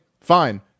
fine